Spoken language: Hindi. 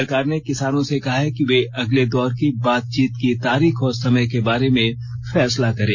सरकार ने किसानों से कहा है कि वे अगले दौर की बातचीत की तारीख और समय के बार में फैसला करें